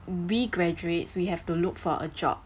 we graduates we have to look for a job